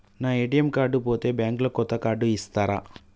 నా ATM card పోతే bank లో కొత్త కార్డు ఇస్తరా?